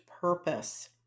purpose